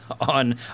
on